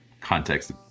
context